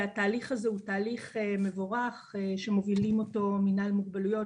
התהליך הזה הוא תהליך מבורך שמוביל מנהל מוגבלויות,